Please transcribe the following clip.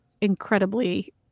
incredibly